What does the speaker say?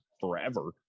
forever